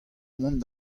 mont